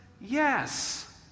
yes